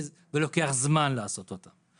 ולוקח זמן לעשות אותן.